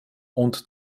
und